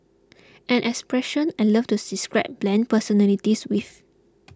an expression I love to describe bland personalities with